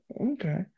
Okay